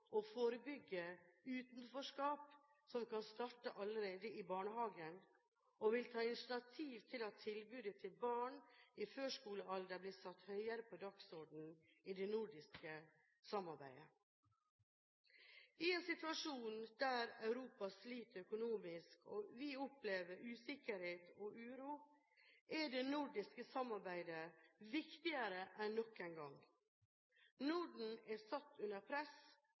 å forebygge utenforskap, som kan starte allerede i barnehagen, og vil ta initiativ til at tilbudet til barn i førskolealder blir satt høyere på dagsordenen i det nordiske samarbeidet. I en situasjon der Europa sliter økonomisk og vi opplever usikkerhet og uro, er det nordiske samarbeidet viktigere enn noen gang. Norden er satt under press.